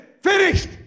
finished